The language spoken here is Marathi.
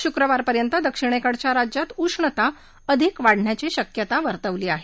शुक्रवार पर्यंत दक्षिणेकडील राज्यात उष्णता अधिक वाढण्याची शक्यता वर्तवली आहे